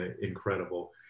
incredible